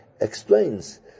explains